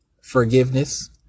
forgiveness